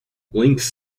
lynx